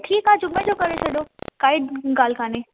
ठीकु आहे जुमे जो करे छॾो काई ॻाल्हि कोन्हे